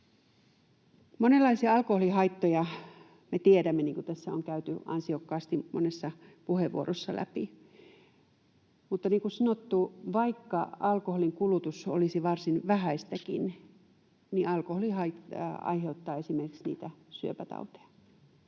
Monenlaisia alkoholihaittoja me tiedämme, niin kuin tässä on käyty ansiokkaasti monessa puheenvuorossa läpi. Niin kuin sanottu, vaikka alkoholinkulutus olisi varsin vähäistäkin, niin alkoholi aiheuttaa esimerkiksi niitä syöpätauteja,